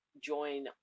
join